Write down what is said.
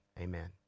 amen